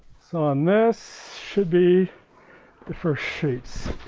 so on this should be the first sheets,